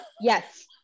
Yes